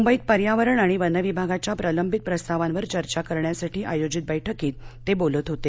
मुंबईत पर्यावरण आणि वन विभागाच्या प्रलंबित प्रस्तावांवर चर्चा करण्यासाठी आयोजित बैठकीत ते बोलत होते